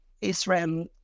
israel